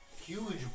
huge